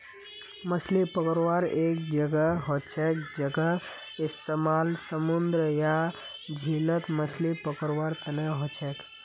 मछली पकड़वार एक जहाज हछेक जहार इस्तेमाल समूंदरत या झीलत मछली पकड़वार तने हछेक